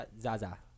Zaza